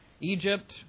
Egypt